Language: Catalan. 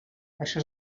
això